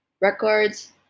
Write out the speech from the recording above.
Records